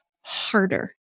harder